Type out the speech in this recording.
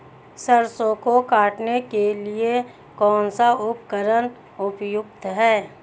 सरसों को काटने के लिये कौन सा उपकरण उपयुक्त है?